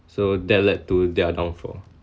so that led to their downfall